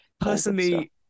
personally